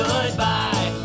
Goodbye